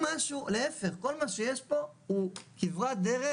להפך, כל מה שיש פה הוא כברת דרך.